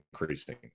increasing